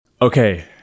Okay